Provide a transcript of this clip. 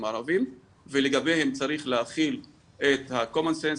ערבים ולגביהם צריך להחיל את השכל הישר,